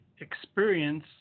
experience